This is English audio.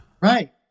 Right